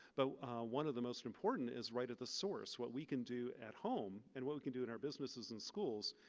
but one of the most important is right at the source what we can do at home and what we can do in our businesses and schools,